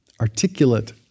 articulate